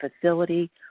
facility